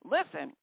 Listen